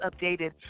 updated